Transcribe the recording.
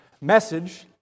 message